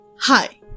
Hi